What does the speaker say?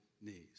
knees